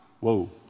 Whoa